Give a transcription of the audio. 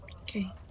Okay